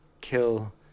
kill